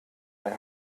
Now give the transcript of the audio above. ein